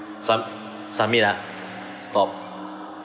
sub~ submit ah stop